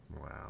Wow